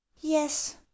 yes